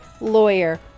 lawyer